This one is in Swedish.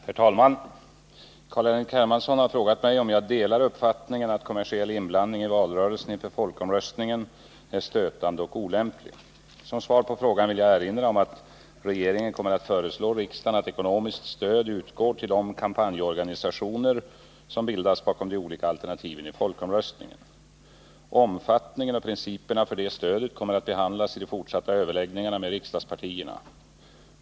Herr talman! Carl-Henrik Hermansson har frågat mig om jag delar uppfattningen att kommersiell inblandning i valrörelsen inför folkomröstningen är stötande och olämplig. Som svar på frågan vill jag erinra om att regeringen kommer att föreslå riksdagen att ekonomiskt stöd utgår till de kampanjorganisationer som bildas bakom de olika alternativen i folkomröstningen. Omfattningen och principerna för det stödet kommer att behandlas i de fortsatta överläggningarna med riksdagspartierna.